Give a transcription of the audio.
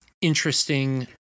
interesting